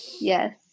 yes